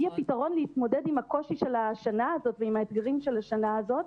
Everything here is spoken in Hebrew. היא הפתרון להתמודד עם הקושי של השנה הזאת ועם האתגרים של השנה הזאת.